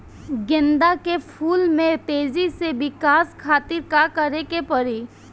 गेंदा के फूल में तेजी से विकास खातिर का करे के पड़ी?